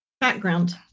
Background